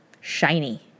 shiny